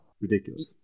Ridiculous